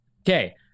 Okay